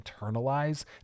internalize